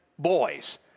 boys